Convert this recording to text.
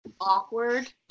awkward